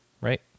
right